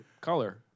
color